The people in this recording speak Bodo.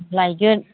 लायगोन